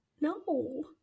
no